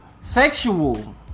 Sexual